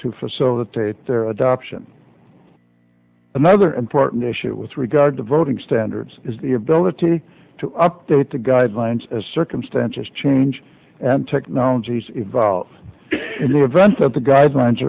to facilitate their adoption another important issue with regard to voting standards is the ability to update the guidelines as circumstances change and technologies evolve in the event that the guidelines